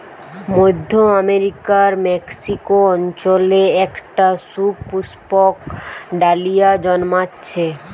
মধ্য আমেরিকার মেক্সিকো অঞ্চলে একটা সুপুষ্পক ডালিয়া জন্মাচ্ছে